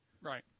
Right